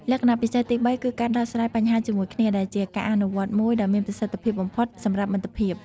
លក្ខណៈពិសេសទីបីគឺការដោះស្រាយបញ្ហាជាមួយគ្នា ដែលជាការអនុវត្តមួយដ៏មានប្រសិទ្ធភាពបំផុតសម្រាប់មិត្តភាព។